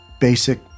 basic